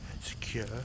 secure